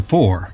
Four